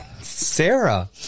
Sarah